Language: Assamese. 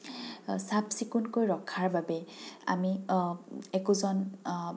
চাফ চিকুণকৈ ৰখাৰ বাবে আমি একোজন